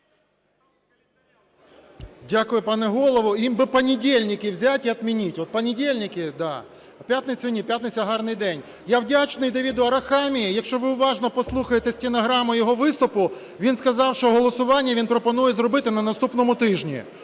Дякую, пане Голово. "Им бы понедельники взять и отменить", вот понедельники – да, а п'ятницю – ні, п'ятниця – гарний день. Я вдячний Давиду Арахамії, якщо ви уважно послухаєте стенограму його виступу, він сказав, що голосування він пропонує зробити на наступному тижні